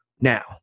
now